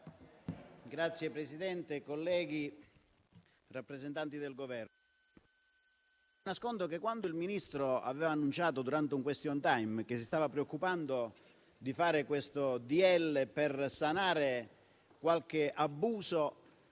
Signor Presidente, colleghi, rappresentanti del Governo, quando il Ministro aveva annunciato, durante un *question time*, che si stava preoccupando di fare questo decreto-legge per sanare qualche abuso,